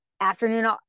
afternoon